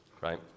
right